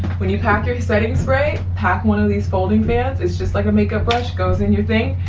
when you pack your exciting spray, pack one of these folding fans. it's just like a makeup brush, goes in your thing,